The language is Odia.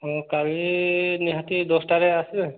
ହଁ କାଲି ନିହାତି ଦଶଟାରେ ଆସିବେ